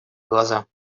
глаза